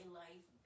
life